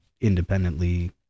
independently